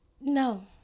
No